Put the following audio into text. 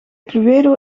cluedo